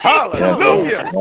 Hallelujah